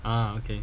ah okay